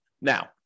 Now